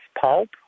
pulp